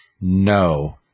no